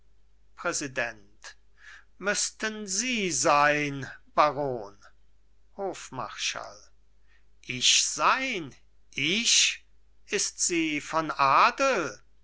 präsident müßten sie sein baron hofmarschall ich sein ich ist sie von adel